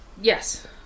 Yes